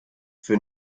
für